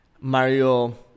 Mario